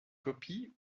copies